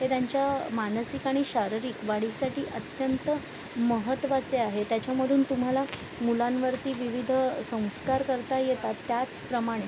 हे त्यांच्या मानसिक आणि शारीरिक वाढीसाठी अत्यंत महत्त्वाचे आहे त्याच्यामधून तुम्हाला मुलांवरती विविध संस्कार करता येतात त्याचप्रमाणे